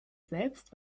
selbst